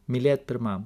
mylėt pirmam